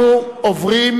אנחנו עוברים